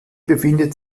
befindet